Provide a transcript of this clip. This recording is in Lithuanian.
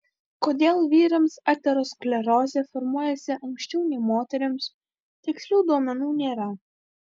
kodėl vyrams aterosklerozė formuojasi anksčiau nei moterims tikslių duomenų nėra